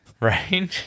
right